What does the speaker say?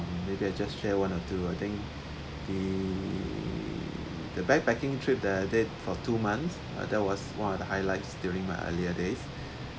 they they're just share one or two I think the the backpacking trip that I did for two months and that was one of the highlights during my earlier days